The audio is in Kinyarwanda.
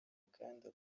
kandi